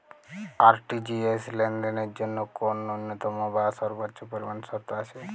RTGS লেনদেনের জন্য কোন ন্যূনতম বা সর্বোচ্চ পরিমাণ শর্ত আছে?